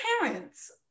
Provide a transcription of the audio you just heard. parents